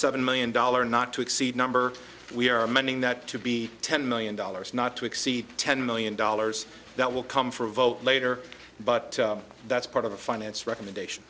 seven million dollar not to exceed number we are amending that to be ten million dollars not to exceed ten million dollars that will come for a vote later but that's part of the finance recommendation